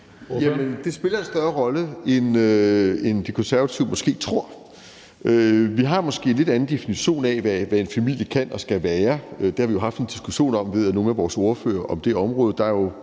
(RV): Det spiller en større rolle, end De Konservative måske tror. Vi har måske en lidt anden definition af, hvad en familie kan og skal være. Det har vi jo haft en diskussion af med nogle af vores ordførere på det område. Der er jo